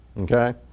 Okay